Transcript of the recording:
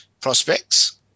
prospects